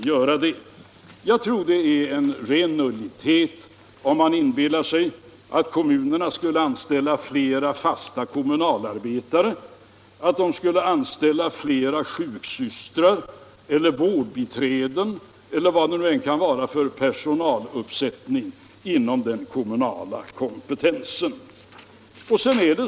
Jag tror att det är ren nullitet, om man inbillar sig att kommunerna skulle anställa flera fasta kommunalarbetare eller sjuksystrar eller vårdbiträden eller vad det än kan gälla för personaluppsättning inom den kommunala kompetensen.